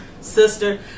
sister